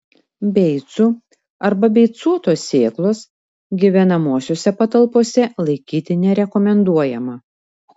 beicų arba beicuotos sėklos gyvenamosiose patalpose laikyti nerekomenduojama